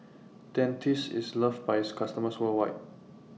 Dentiste IS loved By its customers worldwide